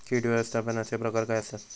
कीड व्यवस्थापनाचे प्रकार काय आसत?